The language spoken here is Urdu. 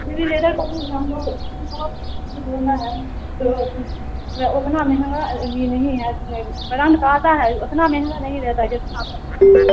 شری لیدر کا لینا ہے تو اتنا نہیں ہے برانڈ کا آتا ہے اتنا مہنگا نہیں رہتا ہے جتنا آپ بتا رہی ہیں